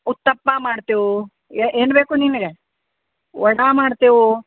ಉತ್ತಪ್ಪ ಮಾಡ್ತೇವೆ ಏನು ಬೇಕು ನಿನಗೆ ವಡೆ ಮಾಡ್ತೇವೆ